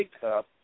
Cup